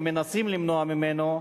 או מנסים למנוע ממנו,